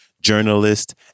journalist